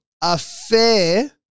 affair